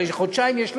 הרי חודשיים יש לדון,